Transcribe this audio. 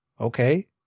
okay